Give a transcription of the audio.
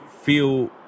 feel